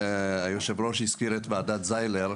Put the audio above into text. היושב-ראש הזכיר את ועדת זיילר,